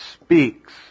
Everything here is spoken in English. speaks